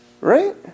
Right